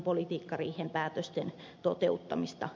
politiikkariihen päätösten toteuttamista